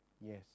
Yes